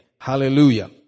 Hallelujah